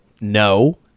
no